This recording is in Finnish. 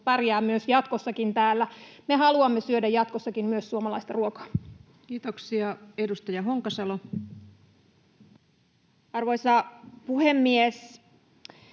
pärjää myös jatkossa täällä? Me haluamme syödä jatkossakin myös suomalaista ruokaa. Kiitoksia. — Edustaja Honkasalo. Arvoisa puhemies!